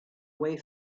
way